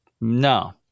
No